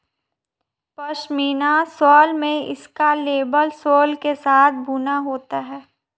pashmina shawl में इसका label सोल के साथ बुना जाता है